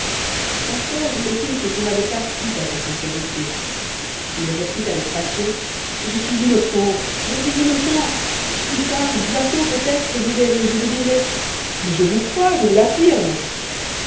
encore voulait-il que son avocat crût à sa sincérité il reprit avec passion je suis innocent je suis innocent plus tard bientôt peutêtre vous verrez je vous dirai mais je vous crois je vous l'affirme